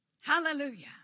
Hallelujah